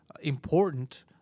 important